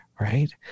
Right